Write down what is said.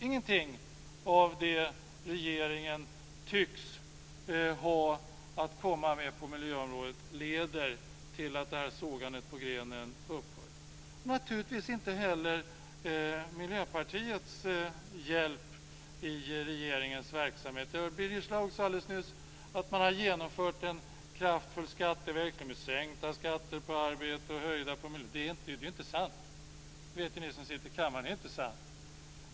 Ingenting av det som regeringen tycks ha att komma med på miljöområdet leder till att detta sågande av grenen upphör - naturligtvis inte heller Miljöpartiets hjälp i regeringens verksamhet. Birger Schlaug sade alldeles nyss att man har genomfört en kraftfull skatteväxling med sänkta skatter på arbete och höjda miljöskatter. Det är inte sant. Det vet ju ni som sitter i kammaren att det inte är sant.